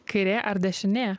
kairė ar dešinė